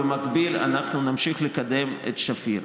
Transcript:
במקביל אנחנו נמשיך לקדם את שפיר.